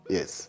Yes